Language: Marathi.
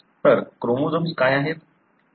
तर क्रोमोझोम्स काय आहेत